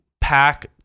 pack